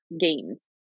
games